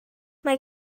mae